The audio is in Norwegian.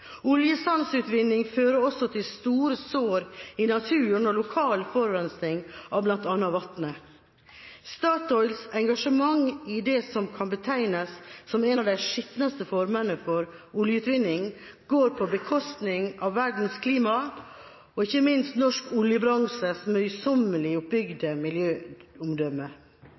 Oljesandutvinning fører også til store sår i naturen og lokal forurensing av bl.a. vannet. Statoils engasjement i det som kan betegnes som en av de skitneste formene for oljeutvinning, går på bekostning av verdens klima og ikke minst norsk oljebransjes møysommelig oppbygde